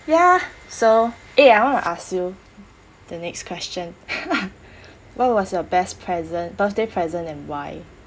ya so eh I want to ask you the next question what was your best present birthday present and why